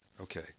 Okay